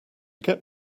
get